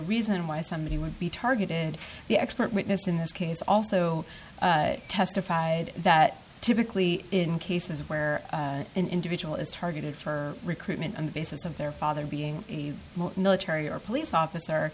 reason why somebody would be targeted the expert witness in this case also testified that typically in cases where an individual is targeted for recruitment on the basis of their father being a military or police officer